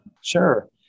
Sure